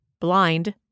Blind